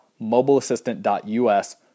mobileassistant.us